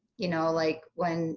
you know, like when